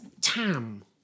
tam